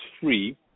free